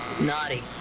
Naughty